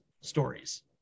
stories